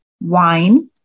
wine